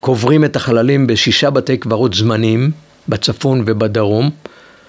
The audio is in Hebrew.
קוברים את החללים בשישה בתי קברות זמניים, בצפון ובדרום.